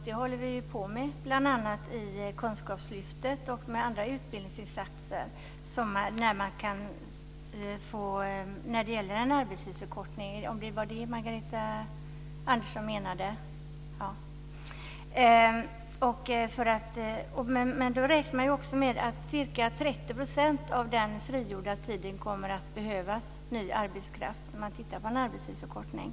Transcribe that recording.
Det håller vi på med bl.a. genom Kunskapslyftet och andra utbildningsinsatser när det gäller en arbetstidsförkortning, om det var det Jag räknar också med att det för ca 30 % av den frigjorda tiden kommer att behövas ny arbetskraft när man tittar på en arbetstidsförkortning.